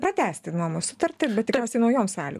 pratęsti nuomos sutartį bet tikriausiai naujom sali